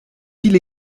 qu’il